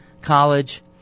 college